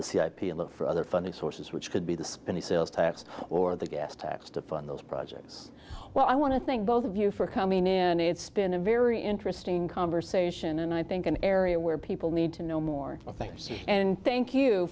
the c i p and look for other funding sources which could be the spend the sales tax or the gas tax to fund those projects what i want to thank both of you for coming in and it's been a very interesting conversation and i think an area where people need to know more things and thank you